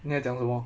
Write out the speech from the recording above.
你在讲什么